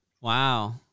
Wow